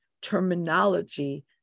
terminology